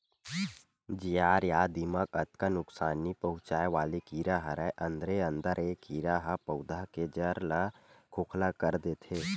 जियार या दिमक अतका नुकसानी पहुंचाय वाले कीरा हरय अंदरे अंदर ए कीरा ह पउधा के जर ल खोखला कर देथे